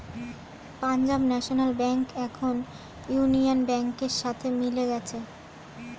Punjab National Bank এখন union ব্যাংকের সাথে মিলে গেছে